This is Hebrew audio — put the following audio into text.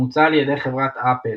המוצע על ידי חברת אפל,